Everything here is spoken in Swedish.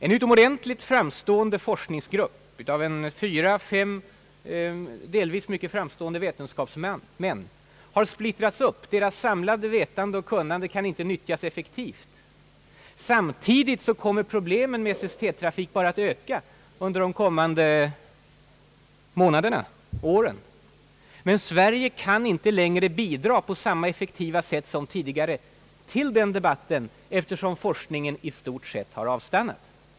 En framstående forskargrupp av fyra—fem vetenskapsmän har splittrats. Deras samlade vetande och kunnande kan inte längre nyttjas effektivt. Samtidigt kommer problemen med SST trafik att öka under de kommande månaderna och åren. Men Sverige kan inte längre bidra på samma effektiva sätt som tidigare till den debatten, eftersom forskningen i stort sett har avstannat.